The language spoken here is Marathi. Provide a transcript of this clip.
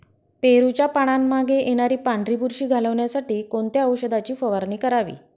पेरूच्या पानांमागे येणारी पांढरी बुरशी घालवण्यासाठी कोणत्या औषधाची फवारणी करावी?